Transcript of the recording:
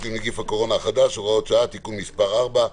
עם נגיף הקורונה החדש (הוראת שעה) (תיקון מס' 4),